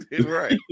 right